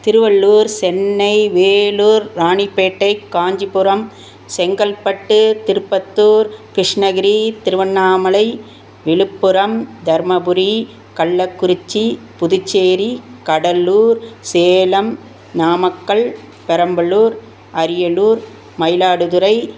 Tiruvallur Chennai Vellore Ranipet Kanchipuram Chengalpattu Tirupattur Krishnagiri Tiruvannamalai Viluppuram Dharmapuri Kallakurichi Puducherry Cuddalore Salem Namakkal Perambalur Ariyalur Mayiladuthurai